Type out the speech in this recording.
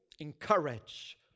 encourage